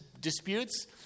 disputes